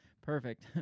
Perfect